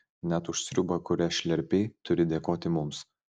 net už sriubą kurią šlerpei turi dėkoti mums